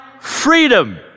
freedom